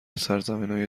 سرزمینای